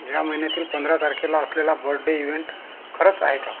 या महिन्यातील पंधरा तारखेला असलेला बड्डे इवेंट खरंच आहे का